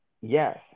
Yes